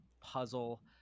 puzzle